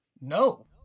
no